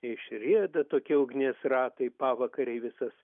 išrieda tokie ugnies ratai pavakarę į visas